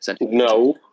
No